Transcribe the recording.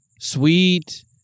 sweet